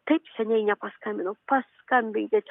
taip seniai nepaskambinu paskambinkit